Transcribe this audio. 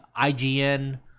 IGN